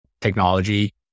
technology